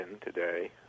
today